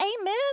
Amen